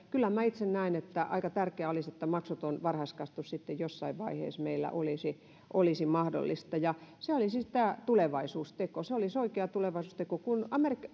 kyllä minä itse näen että aika tärkeää olisi että maksuton varhaiskasvatus sitten jossain vaiheessa meillä olisi olisi mahdollista se olisi tulevaisuusteko se olisi oikea tulevaisuusteko kun